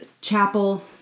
chapel